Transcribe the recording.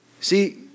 See